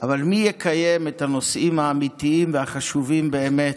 אבל מי יקיים את הנושאים האמיתיים והחשובים באמת,